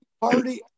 party